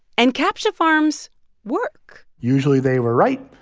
and captcha farms work usually, they were right.